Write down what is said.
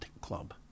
club